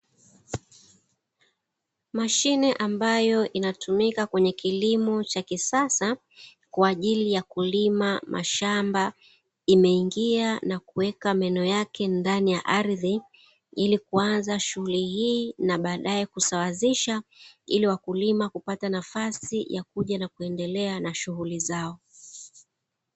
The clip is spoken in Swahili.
Mashine ambayo inatumika kwenye kilimo cha kisasa, kwa ajili ya kulima mashamba imeingia na kuweka meno yake ndani ya ardhi ili kuanza shughuli hii ya kusawazisha, ili wakulima waweze kupata nafasi ili waweze kuja na kuendelea na shughuli zao.